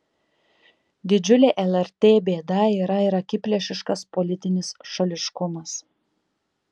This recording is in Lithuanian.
didžiulė lrt bėda yra ir akiplėšiškas politinis šališkumas